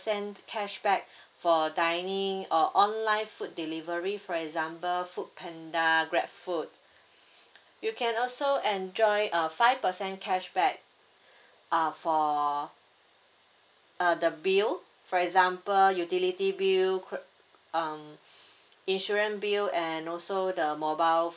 cashback for dining or online food delivery for example foodpanda grabfood you can also enjoy a five percent cashback uh for err the bill for example utility bill cre~ um insurance bill and also the mobile